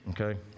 okay